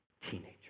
teenager